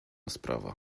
sprawa